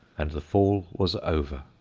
and the fall was over.